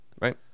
Right